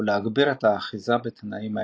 ולהגביר את האחיזה בתנאים האלו.